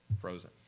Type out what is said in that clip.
frozen